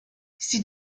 sie